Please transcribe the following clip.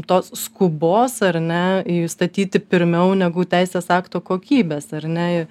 tos skubos ar ne statyti pirmiau negu teisės akto kokybės ar ne